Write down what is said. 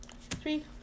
three